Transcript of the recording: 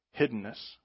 Hiddenness